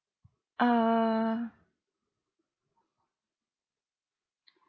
err